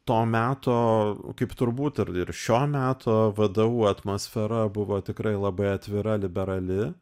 to meto kaip turbūt ir ir šio meto vdu atmosfera buvo tikrai labai atvira liberali